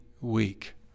week